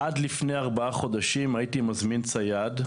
עד לפני ארבעה חודשים הייתי מזמין צייד.